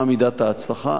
מה מידת ההצלחה?